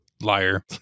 Liar